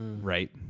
right